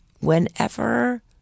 Whenever